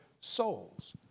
souls